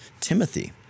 Timothy